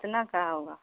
कितना का होगा